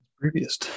previous